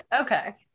Okay